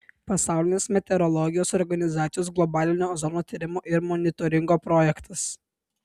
pasaulinės meteorologijos organizacijos globalinio ozono tyrimo ir monitoringo projektas